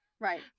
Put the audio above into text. Right